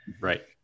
Right